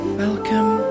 welcome